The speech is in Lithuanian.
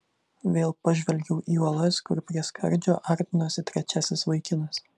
vėl pažvelgiau į uolas kur prie skardžio artinosi trečiasis vaikinas